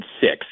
six